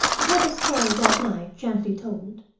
i heard the story that night gently told,